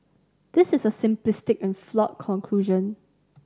this is a simplistic and flawed conclusion